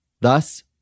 Thus